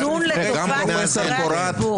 איזון לטובת נבחרי הציבור.